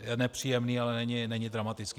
Je nepříjemný, ale není dramatický.